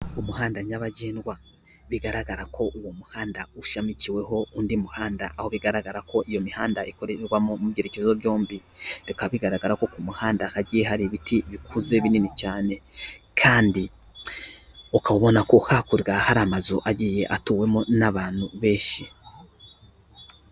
Umuhanda nyabagendwa bigaragara ko uwo muhanda ushamikiweho undi muhanda, aho bigaragara ko iyo mihanda ikorerwamo mubyerekezo byombi, bikaba bigaragara ko ku muhanda hagiye hari ibiti bikuze binini cyane, kandi ukabona ko hakurya hari amazu agiye atuwemo n'abantu benshi.